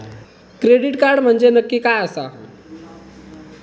Credit card म्हंजे नक्की काय आसा?